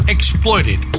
Exploited